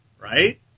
Right